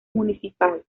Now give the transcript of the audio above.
municipal